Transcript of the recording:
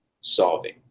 solving